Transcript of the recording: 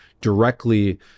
directly